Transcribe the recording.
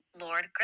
Lord